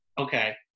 Okay